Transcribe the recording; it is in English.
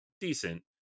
decent